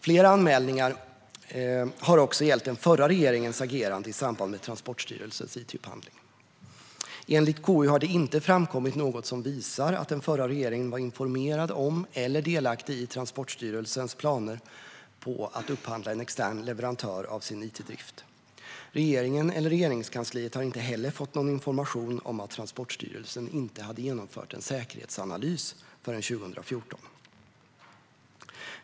Flera anmälningar har också gällt den förra regeringens agerande i samband med Transportstyrelsens it-upphandling. Enligt KU har det inte framkommit något som visar att den förra regeringen var informerad om eller delaktig i Transportstyrelsens planer på att upphandla en extern leverantör av sin it-drift. Regeringen eller Regeringskansliet har inte heller fått någon information om att Transportstyrelsen inte hade genomfört en säkerhetsanalys förrän 2014.